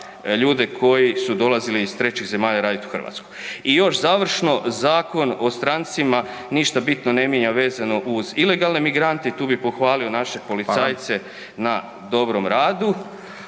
ljude koji su dolazili iz trećih zemalja radit u Hrvatsku. I još završno, Zakon o strancima ništa bitno ne mijenja vezano uz ilegalne migrante, tu bi pohvalio naše policajce na dobrom radu